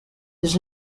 his